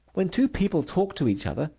when two people talk to each other,